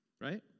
right